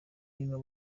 irimo